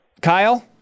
Kyle